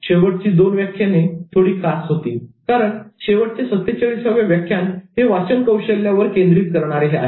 शेवटची दोन व्याख्याने थोडी खास होती कारण शेवटचे 47 हवे व्याख्यान हे 'वाचन कौशल्यावर' केंद्रित करणारे आहे